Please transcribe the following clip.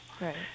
Right